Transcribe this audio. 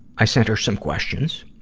i sent her some questions.